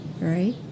right